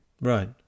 Right